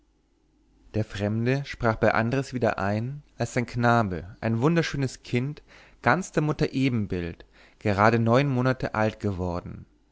der fremde sprach bei andres wieder ein als sein knabe ein wunderschönes kind ganz der mutter ebenbild gerade neun monate alt geworden